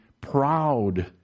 proud